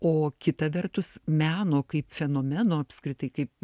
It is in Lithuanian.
o kita vertus meno kaip fenomeno apskritai kaip